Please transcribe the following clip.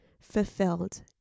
fulfilled